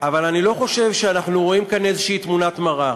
אבל אני לא חושב שאנחנו רואים כאן איזושהי תמונת מראה.